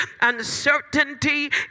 Uncertainty